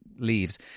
leaves